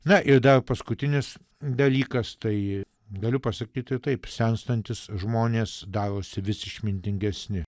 na ir dar paskutinis dalykas tai galiu pasakyti taip senstantys žmonės darosi vis išmintingesni